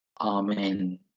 Amen